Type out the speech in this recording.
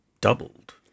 doubled